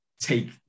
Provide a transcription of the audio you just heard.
take